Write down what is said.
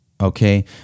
okay